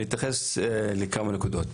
אני אתייחס לכמה נקודות.